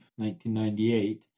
1998